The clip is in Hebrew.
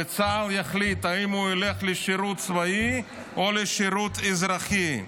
וצה"ל יחליט אם הוא ילך לשירות צבאי או לשירות אזרחי.